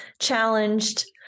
challenged